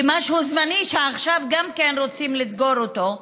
משהו זמני שעכשיו רוצים לסגור אותו,